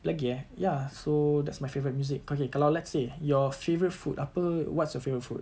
lagi eh ya so that's my favorite music okay kalau let's say your favourite food apa what's your favourite food